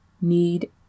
need